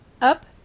up